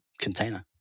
container